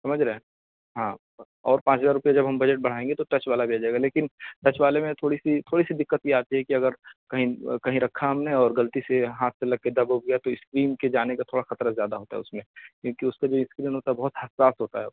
سمجھ رہے ہیں ہاں اور پانچ ہزار روپئے جب ہم بجٹ بڑھائیں گے تو ٹچ والا بھی آ جائے گا لیکن ٹچ والے میں تھوڑی سی تھوڑی سی دقت یہ آتی ہے کہ اگر کہیں کہیں رکھا ہم نے اور غلطی سے ہاتھ سے لگ کے دب وب گیا تو اسکرین کے جانے کا تھوڑا خطرہ زیادہ ہوتا ہے اس میں کیونکہ اس کا جو اسکرین ہوتا ہے بہت حساس ہوتا ہے